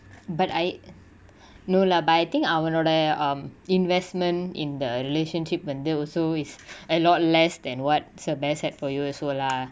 but I no lah but I think அவனோட:avanoda um investment in the relationship வந்து:vanthu also is a lot less than what sebas had for you also lah